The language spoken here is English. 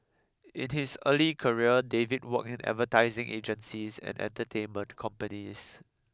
in his early career David worked in advertising agencies and entertainment companies